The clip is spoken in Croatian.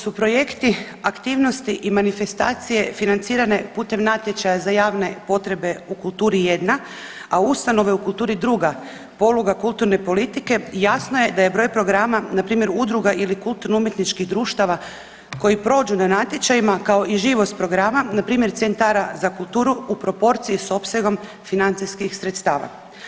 Ako su projekti, aktivnosti i manifestacije financirane putem natječaja za javne potrebe u kulturi jedna, a ustanove u kulturi druga poluga kulturne politike jasno je da je broj programa npr. udruga ili kulturno umjetničkih društava koji prođu na natječajima kao i živost programa npr. centra za kulturu u proporciji s opsegom financijskih sredstava.